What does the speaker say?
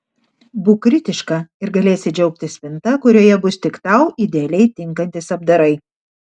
būk kritiška ir galėsi džiaugtis spinta kurioje bus tik tau idealiai tinkantys apdarai